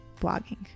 blogging